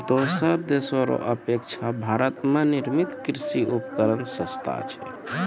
दोसर देशो रो अपेक्षा भारत मे निर्मित कृर्षि उपकरण सस्ता छै